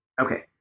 Okay